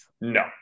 No